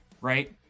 right